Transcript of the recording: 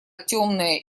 темная